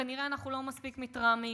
כנראה אנחנו לא מספיק מתרעמים.